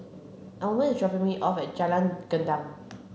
Almer is dropping me off at Jalan Gendang